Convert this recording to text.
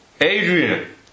Adrian